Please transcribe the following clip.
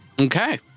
Okay